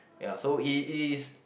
ya so it it is